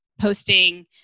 posting